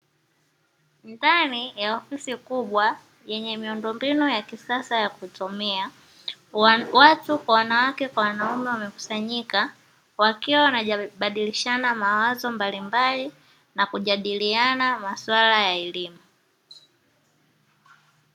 Ndani ya ofisi kubwa yenye miundombinu ya kisasa ya kutumia, watu (wanawake na wanaume) wamekusanyika wakiwa wanabadilishana mawazo mbalimbali na kujadiliana masuala ya elimu.